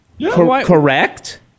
Correct